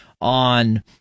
on